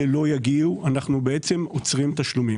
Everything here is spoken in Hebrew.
לא יגיעו אנחנו בעצם עוצרים תשלומים.